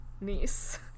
niece